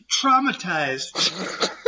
Traumatized